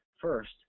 first